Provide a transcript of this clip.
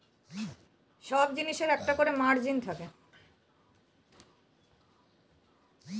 সব জিনিসের একটা করে মার্জিন থাকে